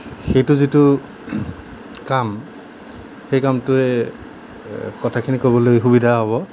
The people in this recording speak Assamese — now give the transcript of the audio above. সেইটো যিটো কাম সেই কামটোৱে কথাখিনি ক'বলৈ সুবিধা হ'ব